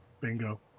Bingo